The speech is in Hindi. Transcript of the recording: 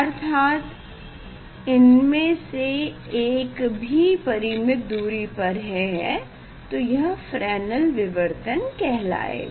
अर्थात इनमें से एक भी परिमित दूरी पर है तो यह फ्रेनेल विवर्तन कहलाएगा